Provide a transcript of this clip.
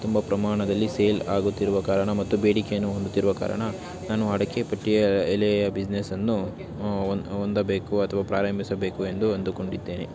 ತುಂಬ ಪ್ರಮಾಣದಲ್ಲಿ ಸೇಲ್ ಆಗುತ್ತಿರುವ ಕಾರಣ ಮತ್ತು ಬೇಡಿಕೆಯನ್ನು ಹೊಂದುತ್ತಿರುವ ಕಾರಣ ನಾನು ಅಡಿಕೆ ಪಟ್ಟಿಯ ಎಲೆಯ ಬಿಸ್ನೆಸ್ಸನ್ನು ಹೊಂದ್ ಹೊಂದಬೇಕು ಅಥವಾ ಪ್ರಾರಂಭಿಸಬೇಕು ಎಂದು ಅಂದುಕೊಂಡಿದ್ದೇನೆ